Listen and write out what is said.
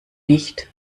nicht